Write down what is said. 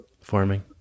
Farming